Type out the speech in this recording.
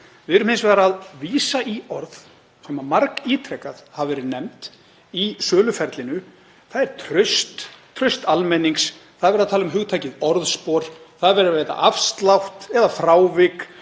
Við erum hins vegar að vísa í orð sem margítrekað hafa verið nefnd í söluferlinu; það er traust, traust almennings, það er talað um hugtakið orðspor, það er verið að veita afslátt eða frávik